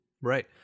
Right